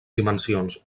dimensions